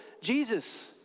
Jesus